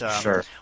Sure